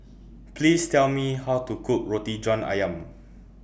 Please Tell Me How to Cook Roti John Ayam